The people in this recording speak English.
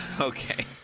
Okay